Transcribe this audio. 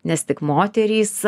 nes tik moterys